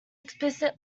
explicit